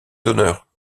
donneur